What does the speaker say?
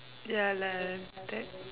ya like that